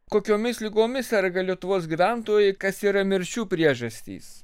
kokiomis ligomis serga lietuvos gyventojai kas yra mirčių priežastys